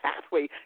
pathway